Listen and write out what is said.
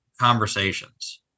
conversations